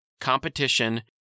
competition